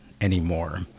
anymore